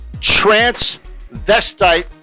transvestite